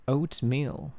Oatmeal